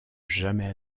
jamais